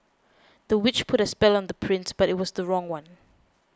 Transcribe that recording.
the witch put a spell on the prince but it was the wrong one